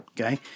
okay